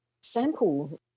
sample